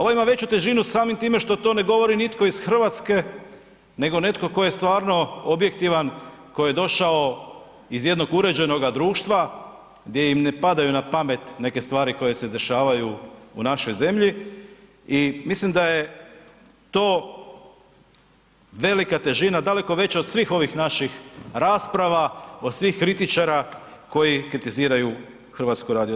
Ovo ima veću težinu samim time što to ne govori nitko iz Hrvatske nego netko tko je stvarno objektivan, ko je došao iz jednog uređenoga društva, gdje im ne padaju na pamet neke stvari koje se dešavaju u našoj zemlji i mislim da je to velika težina, daleko veća od svih ovih naših rasprava, od svih kritičara koji kritiziraju HRT.